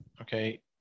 Okay